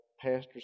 pastors